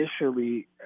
initially